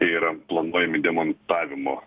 yra planuojami demontavimo